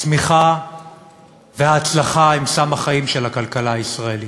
הצמיחה וההצלחה הן סם החיים של הכלכלה הישראלית,